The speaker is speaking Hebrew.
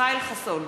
ישראל חסון,